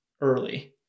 early